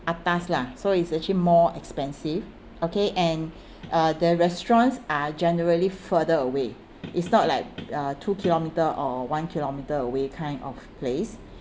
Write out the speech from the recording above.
atas lah so it's actually more expensive okay and uh the restaurants are generally further away it's not like uh two kilometre or one kilometre away kind of place